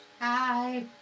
Hi